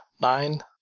Nine